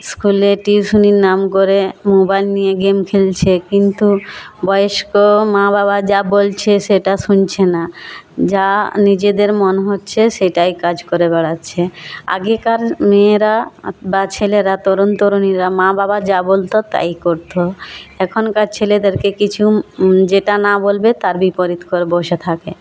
স্কুলে টিউশনির নাম করে মোবাইল নিয়ে গেম খেলছে কিন্তু বয়েস্ক মা বাবা যা বলছে সেটা শুনছে না যা নিজেদের মন হচ্ছে সেটাই কাজ করে বেড়াচ্ছে আগেকার মেয়েরা বা ছেলেরা তরুণ তরুণীরা মা বাবা যা বলতো তাই করতো এখনকার ছেলেদেরকে কিছু যেটা না বলবে তার বিপরীত করে বসে থাকে